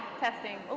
testing.